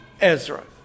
Ezra